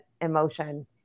emotion